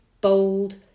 bold